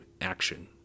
action